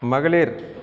மகளிர்